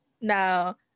Now